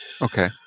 Okay